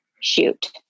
shoot